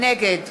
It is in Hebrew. נגד